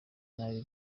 nabi